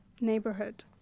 neighborhood